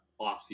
offseason